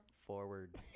forward